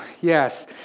Yes